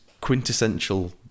Quintessential